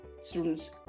students